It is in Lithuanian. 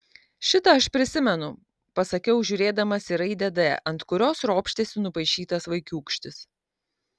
šitą aš prisimenu pasakiau žiūrėdamas į raidę d ant kurios ropštėsi nupaišytas vaikiūkštis